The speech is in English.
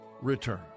return